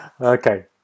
Okay